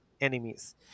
enemies